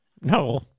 No